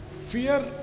Fear